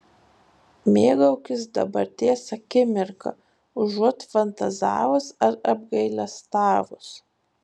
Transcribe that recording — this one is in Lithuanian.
mėgaukis dabarties akimirka užuot fantazavus ar apgailestavus